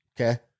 Okay